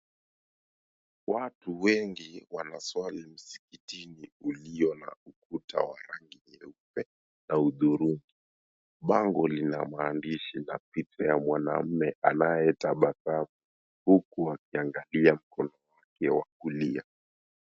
Watu wengi wanaswali msikitini ulio na ukuta wa rangi nyeupe na hudhurungi. Bango lina maandishi na picha ya mwanamme anayetabasamu, huku akiangalia mkono wake wa kulia.